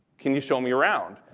can you show me around?